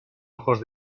ojos